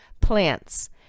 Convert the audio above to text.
plants